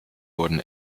wurden